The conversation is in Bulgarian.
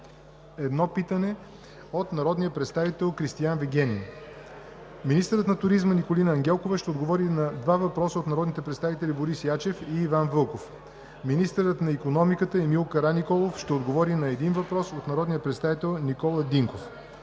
едно питане от народния представител Кристиан Вигенин. 8. Министърът на туризма Николина Ангелкова ще отговори на два въпроса от народните представители Борис Ячев; и Иван Вълков. 9. Министърът на икономиката Емил Караниколов ще отговори на един въпрос от народния представител Никола Динков.